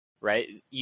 right